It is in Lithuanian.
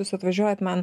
jūs atvažiuojat man